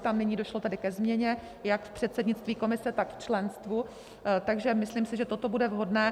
Tam nyní došlo tedy ke změně jak v předsednictví komise, tak v členstvu, takže si myslím, že toto bude vhodné.